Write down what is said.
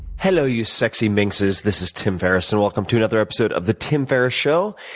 hello, you sexy minxes. this is tim ferriss, and welcome to another episodes of the tim ferriss show,